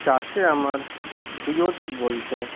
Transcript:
চাষে আমার প্রিয় দিক বলতে